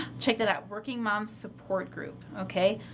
check that out, working moms support group, okay.